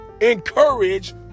encourage